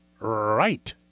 right